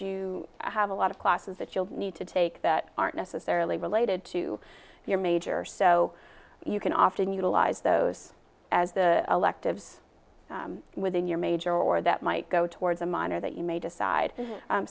you have a lot of classes that you need to take that aren't necessarily related to your major so you can often utilize those as the electives within your major or that might go towards a minor that you may decide